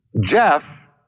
Jeff